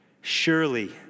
Surely